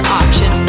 option